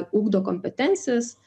ugdo kompetencijas